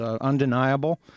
undeniable